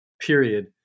period